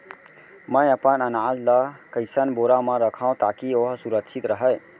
मैं अपन अनाज ला कइसन बोरा म रखव ताकी ओहा सुरक्षित राहय?